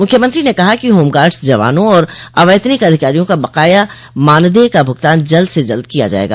मुख्यमंत्री ने कहा कि होमगार्ड्स जवानों और अवैतनिक अधिकारियों का बकाया मानदेय का भुगतान जल्द से जल्द किया जायेगा